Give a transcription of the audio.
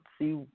see